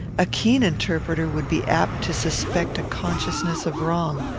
a keen interpreter would be apt to suspect a consciousness of wrong.